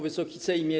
Wysoki Sejmie!